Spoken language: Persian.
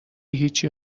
هیچی